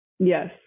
Yes